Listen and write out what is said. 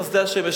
חסדי השם.